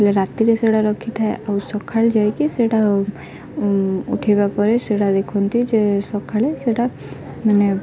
ହେଲେ ରାତିରେ ସେଟା ରଖିଥାଏ ଆଉ ସକାଳେ ଯାଇକି ସେଟା ଉଠେଇବା ପରେ ସେଟା ଦେଖନ୍ତି ଯେ ସକାଳେ ସେଟା ମାନେ